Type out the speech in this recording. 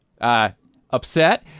upset